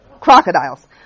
crocodiles